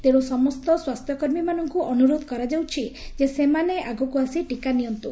ତେଣୁ ସମସ୍ତ ସ୍ୱାସ୍ଥ୍ୟକର୍ମୀମାନଙ୍ଙୁ ଅନୁରୋଧ କରାଯାଉଛି ଯେ ସେମାନେ ଆଗକୁ ଆସି ଟିକା ନିଅନ୍ତୁ